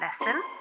lesson